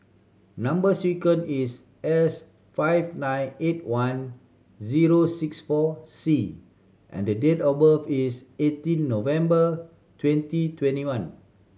number sequence is S five nine eight one zero six four C and date of birth is eighteen November twenty twenty one